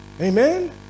amen